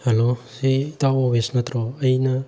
hello ꯁꯤ ꯏꯇꯥꯎ ꯃꯣꯕꯤꯁ ꯅꯠꯇ꯭ꯔꯣ ꯑꯩꯅ